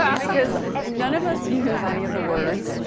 um because none of us use any of the words.